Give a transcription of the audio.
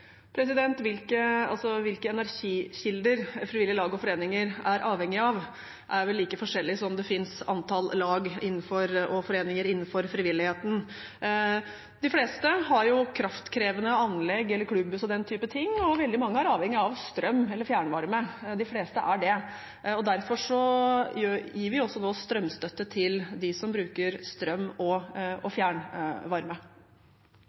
Hvilke energikilder frivillige lag og foreninger er avhengige av, er vel like forskjellig som det store antallet lag og foreninger innenfor frivilligheten. De fleste har kraftkrevende anlegg eller klubbhus og den type ting, og veldig mange er avhengige av strøm eller fjernvarme – de fleste er det. Derfor gir vi også nå strømstøtte til dem som bruker strøm og fjernvarme. Replikkordskiftet er over. De ekstraordinære strømprisene er vanskelige å takle for mange, og